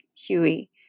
Huey